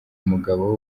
umugabo